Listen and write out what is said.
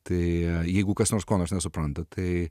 tai jeigu kas nors ko nors nesupranta tai